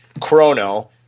Chrono